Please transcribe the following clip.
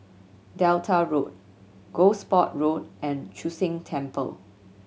Delta Road Gosport Road and Chu Sheng Temple